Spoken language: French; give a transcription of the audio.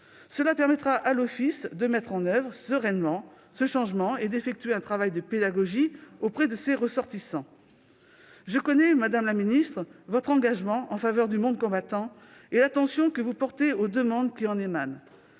Cela permettra à l'Office de mettre en oeuvre sereinement ce changement et d'effectuer un travail de pédagogie auprès de ses ressortissants. Je connais, madame la ministre, votre engagement en faveur du monde combattant et l'attention que vous portez aux demandes qui en émanent.